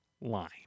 line